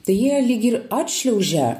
tai jie lyg ir atšliaužia